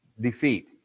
defeat